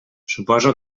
suposo